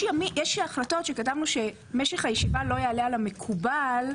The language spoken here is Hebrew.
יש החלטות שכתבנו שמשך הישיבה לא יעלה על המקובל.